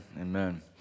amen